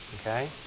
Okay